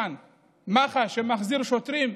כאן מח"ש מחזירה שוטרים,